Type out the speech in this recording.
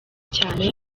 cyane